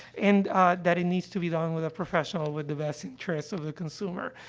and, ah that it needs to be done with a professional with the best interests of the consumer.